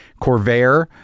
corvair